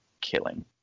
killing